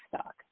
stock